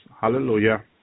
Hallelujah